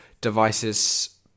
devices